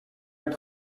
jak